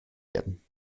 werden